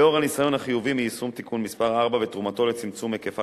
לאור הניסיון החיובי מיישום תיקון מס' 4 ותרומתו לצמצום היקפה